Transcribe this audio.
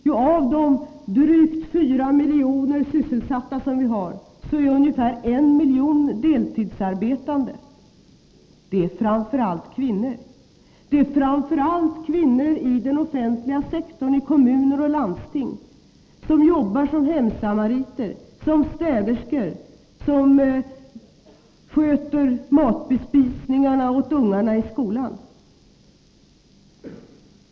Jo, av de drygt 4 miljoner som är sysselsatta är ungefär 1 miljon deltidsarbetande. Det är framför allt kvinnor, och framför allt i den offentliga sektorn, i kommuner och landsting, som jobbar som hemsamariter eller städerskor eller sköter matbespisningen åt ungarna i skolan.